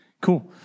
cool